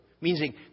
meaning